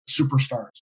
superstars